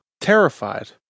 terrified